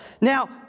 Now